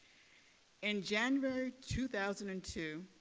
in january two thousand and two,